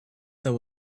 that